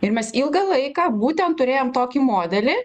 ir mes ilgą laiką būtent turėjom tokį modelį